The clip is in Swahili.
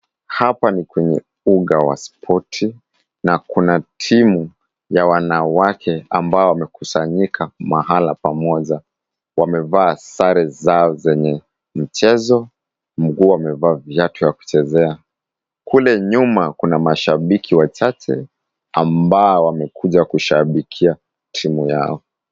Hapa ni kwenye uga wa spoti na kuna timu ya wanawake ambao wamekusanyika mahala pamoja. Wamevaa sare zao zenye michezo, mguu wamevaa viatu ya kuchezea. Kule nyuma kuna mashabiki wachache ambao wamekuja kushabikia timu yao.